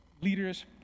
leaders